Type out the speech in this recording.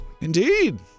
Indeed